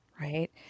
Right